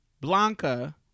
Blanca